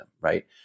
Right